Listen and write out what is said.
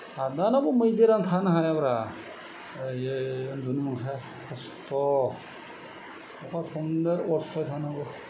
हादानावबो मैदेरानो थानो हायाब्रा आयै उन्दुनो मोनखाया खस्थ' अखा थंब्लेर अर सुबाय थानांगौ